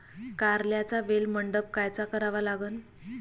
कारल्याचा वेल मंडप कायचा करावा लागन?